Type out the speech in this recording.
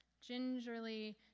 gingerly